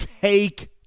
take